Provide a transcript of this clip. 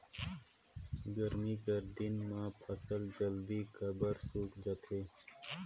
गरमी कर दिन म फसल जल्दी काबर सूख जाथे?